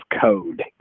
code